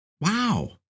Wow